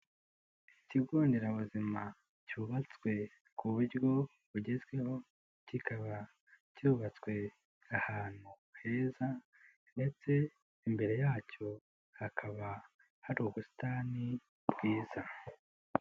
Ikigo nderabuzima cyubatswe ku buryo bugezweho, kikaba cyubatswe ahantu heza ndetse imbere yacyo hakaba hari ubusitani bwiza.